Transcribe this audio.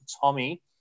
Tommy